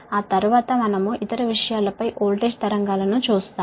ఆ తరువాత మనం ఇతర విషయాలపై వోల్టేజ్ తరంగాలను చూస్తాము